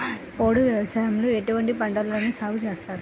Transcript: పోడు వ్యవసాయంలో ఎటువంటి పంటలను సాగుచేస్తారు?